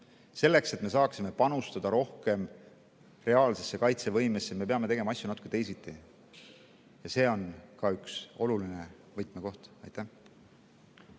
Selleks, et me saaksime panustada rohkem reaalsesse kaitsevõimesse, me peame tegema asju natuke teisiti. See on ka üks olulisi võtmekohti.